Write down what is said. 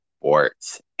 sports